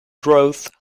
growth